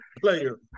player